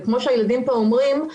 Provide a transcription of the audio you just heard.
כמו שהילדים פה אומרים,